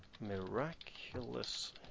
miraculous